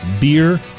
beer